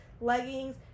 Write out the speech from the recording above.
leggings